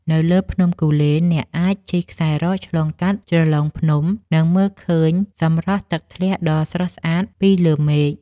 នៅលើភ្នំគូលែន អ្នកអាចជិះខ្សែរ៉កឆ្លងកាត់ជ្រលងភ្នំ និងមើលឃើញសម្រស់ទឹកធ្លាក់ដ៏ស្រស់ស្អាតពីលើមេឃ។